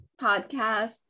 podcast